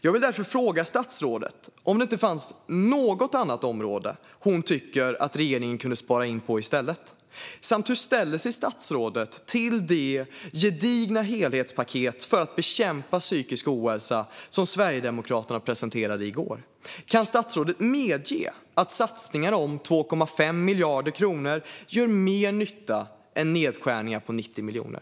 Jag vill därför fråga statsrådet om det inte finns något annat område hon tycker att regeringen kunnat spara in på i stället samt hur hon ställer sig till det gedigna helhetspaket för att bekämpa psykisk ohälsa som Sverigedemokraterna presenterade i går. Kan statsrådet medge att satsningar om 2,5 miljarder kronor gör mer nytta än nedskärningar på 90 miljoner?